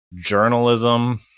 journalism